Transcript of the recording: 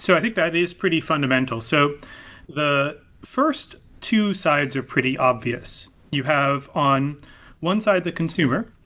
so i think that is pretty fundamental. so the first two sides are pretty obvious, you have on one side the consumer.